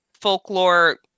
folklore